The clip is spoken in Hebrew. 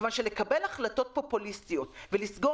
הכי קל לקבל החלטות פופוליסטיות ולסגור